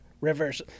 rivers